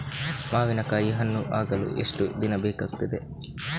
ಮಾವಿನಕಾಯಿ ಹಣ್ಣು ಆಗಲು ಎಷ್ಟು ದಿನ ಬೇಕಗ್ತಾದೆ?